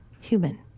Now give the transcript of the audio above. human